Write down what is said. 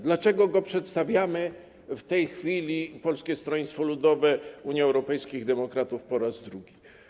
Dlaczego go przedstawiamy w tej chwili, my, Polskie Stronnictwo Ludowe - Unia Europejskich Demokratów, po raz drugi?